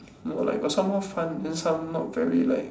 no like got some more fun then some not very like